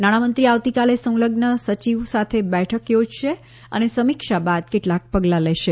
નાણામંત્રી આવતીકાલે સંલઝ્ન સચિવો સાથે બેઠક યોજશે અને સમીક્ષા બાદ કેટલાંક પગલાં લેશે